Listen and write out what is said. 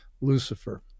Lucifer